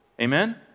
Amen